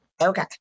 Okay